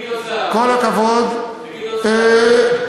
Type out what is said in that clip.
כל הכבוד לגדעון סער.